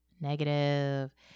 Negative